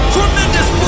Tremendous